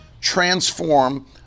transform